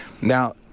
Now